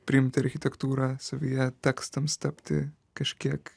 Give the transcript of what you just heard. priimti architektūrą savyje tekstams tapti kažkiek